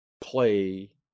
play